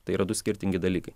tai yra du skirtingi dalykai